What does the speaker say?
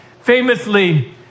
famously